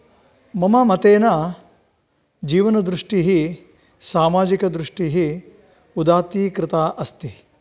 मम मतेन जीवनदृष्टिः सामाजिकदृष्टिः उदात्तीकृता अस्ति